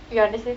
you understand